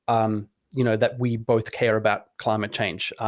um you know that we both care about climate change.